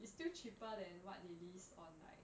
it's still cheaper than what they list on like